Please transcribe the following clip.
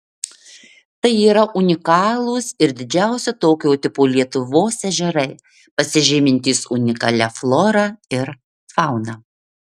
tai yra unikalūs ir didžiausi tokio tipo lietuvos ežerai pasižymintys unikalia flora ir fauna